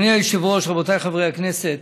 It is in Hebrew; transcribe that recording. היושב-ראש, רבותיי חברי הכנסת,